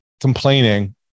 complaining